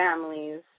families